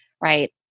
right